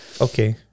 Okay